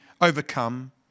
overcome